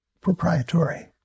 proprietary